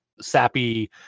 sappy